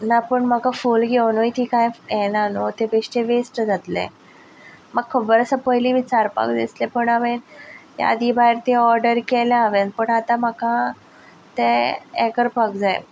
ना पूण म्हाका फूल घेवनय ती कांय ये ना न्हू ती बेश्टी वेश्ट जातले म्हाका खबर आसा पयले विचारपाक जाय आसलें पण हांवेन यादी भायर ती ओर्डर केले हांवेन बट आतां म्हाका तें हें करपाक जाय